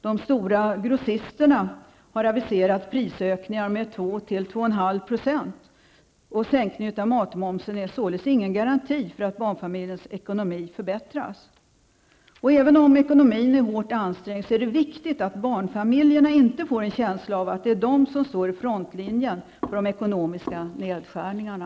De stora grossisterna har aviserat prisökningar på mellan 2 och 2,5 %, och sänkningen av matmomsen är således ingen garanti för att barnfamiljernas ekonomi förbättras. Även om ekonomin är hårt ansträngd är det viktigt att barnfamiljerna inte får en känsla av att det är de som står i frontlinjen för de ekonomiska nedskärningarna.